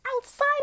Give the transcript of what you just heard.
outside